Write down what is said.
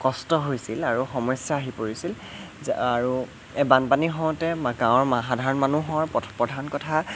কষ্ট হৈছিল আৰু সমস্যা আহি পৰিছিল আৰু এই বানপানী হওঁতে গাঁৱৰ সাধাৰণ মানুহৰ প্ৰধান কথা